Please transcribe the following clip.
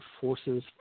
forces